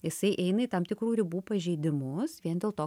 jisai eina į tam tikrų ribų pažeidimus vien dėl to